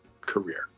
career